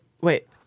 Wait